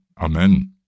amen